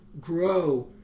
grow